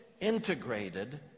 integrated